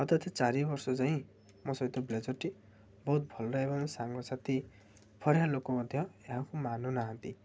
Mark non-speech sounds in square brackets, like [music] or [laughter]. ଅନ୍ତତଃ ଚାରି ବର୍ଷ ଯାଇଁ ମୋ ସହିତ ବ୍ଲେଜର୍ଟି ବହୁତ ଭଲ ରହିବା ଏବଂ ସାଙ୍ଗସାଥି [unintelligible] ଲୋକ ମଧ୍ୟ ଏହାକୁ ମାନୁନାହାନ୍ତି